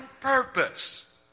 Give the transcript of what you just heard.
purpose